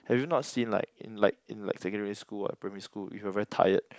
have you not seen like in like in like secondary school or primary school if you are very tired